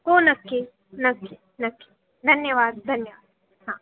हो नक्की नक्की नक्की धन्यवाद धन्यवाद हां